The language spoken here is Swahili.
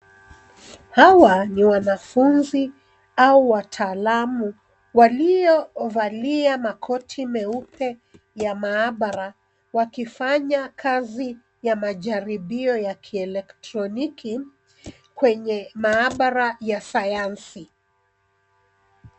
Hawa ni wanafunzi au wataalamu waliovalia makoti meupe ya maabara wakifanya kazi ya majaribio ya kielektroniki kwenye maabara ya sayansi.